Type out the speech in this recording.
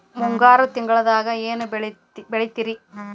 ಮುಂಗಾರು ತಿಂಗಳದಾಗ ಏನ್ ಬೆಳಿತಿರಿ?